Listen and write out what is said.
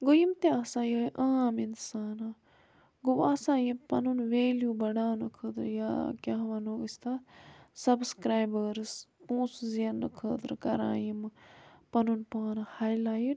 گوٚو یِم تہِ آسان یِہٲے عام اِنسان وۄنۍ آسان یِم پَنُن ویلیٛوٗ بَڑھاونہٕ خٲطرٕ یا کیٛاہ وَنو أسۍ تَتھ سَبسکرٛایبٲرٕس پونٛسہٕ زیننہٕ خٲطرٕ کَران یِم پَنُن پان ہاے لایِٹ